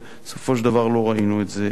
בסופו של דבר לא ראינו את זה כנכון.